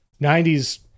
90s